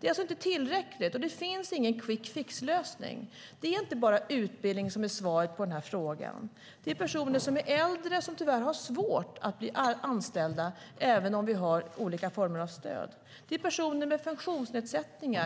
Det är alltså inte tillräckligt. Det finns ingen quick fix-lösning. Det är inte bara utbildning som är svaret på den här frågan. Det är personer som är äldre och som tyvärr har svårt att bli anställda även om vi har olika former av stöd. Det är personer med funktionsnedsättningar.